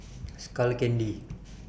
Skull Candy